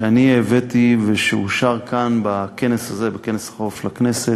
שאני הבאתי ושאושר כאן בכנס החורף של הכנסת,